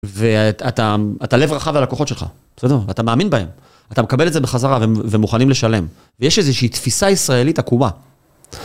ואתה לב רחב ללקוחות שלך, בסדר? ואתה מאמין בהם. אתה מקבל את זה בחזרה ומוכנים לשלם. ויש איזושהי תפיסה ישראלית עקומה.